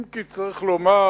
אם כי צריך לומר